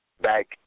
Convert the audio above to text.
back